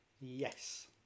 yes